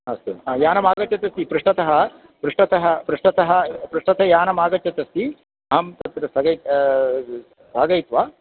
अस्तु यानम् आगच्छत् अस्ति पृष्टत पृष्टत पृष्टत यानम् आगच्छत् अस्ति अहं तत्र स्थगयित्वा स्थागयित्वा